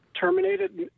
terminated